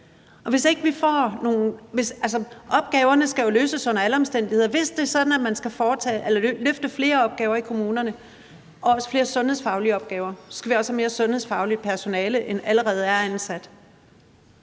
Opgaverne skal jo løses under alle omstændigheder. Hvis det er sådan, at man skal løfte flere opgaver i kommunerne og også flere sundhedsfaglige opgaver, så skal man også have mere sundhedsfagligt personale, end der allerede er ansat.